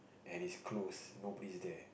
and it's closed nobody's there